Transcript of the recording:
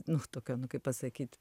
nu tokio nu kaip pasakyt